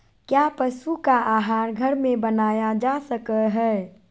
क्या पशु का आहार घर में बनाया जा सकय हैय?